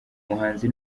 muhanzi